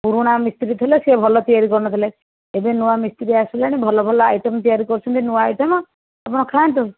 ପୁରୁଣା ମିସ୍ତ୍ରୀ ଥିଲେ ସିଏ ଭଲ ତିଆରି କରୁନଥିଲେ ଏବେ ନୂଆ ମିସ୍ତ୍ରୀ ଆସିଲେଣି ଭଲ ଭଲ ଆଇଟମ ତିଆରି କରୁଛନ୍ତି ନୂଆ ଆଇଟମ ଆପଣ ଖାଆନ୍ତୁ